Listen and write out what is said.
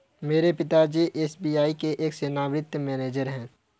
मेरे पिता जी एस.बी.आई के एक सेवानिवृत मैनेजर है